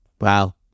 Wow